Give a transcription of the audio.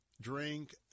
drink